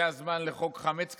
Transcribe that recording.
זה הזמן לחוק חמץ כזה,